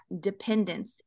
dependence